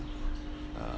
uh